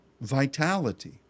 vitality